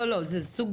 לא אתה אחת